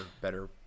better